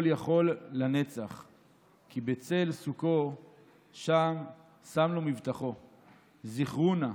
כל יכול לנצח / כי בצל סוכו שם שם לו מבטחו // זכרו נא